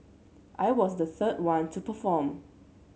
I was the third one to perform